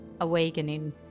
awakening